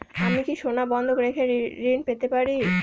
আমি কি সোনা বন্ধক রেখে ঋণ পেতে পারি?